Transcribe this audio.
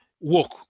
work